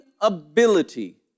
ability